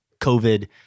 covid